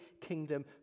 kingdom